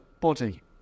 body